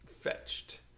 fetched